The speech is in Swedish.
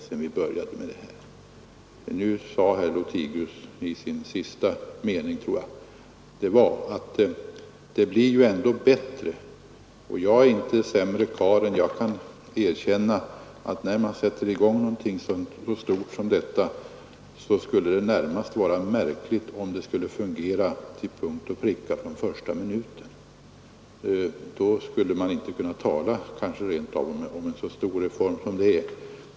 Men herr Lothigius sade i sin sista mening att det blir ju ändå bättre. Jag är inte sämre karl än att jag kan erkänna, att när man sätter i gång något så stort som detta skulle det närmast vara märkligt om allt skulle fungera till punkt och pricka från första minuten.